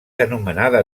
anomenada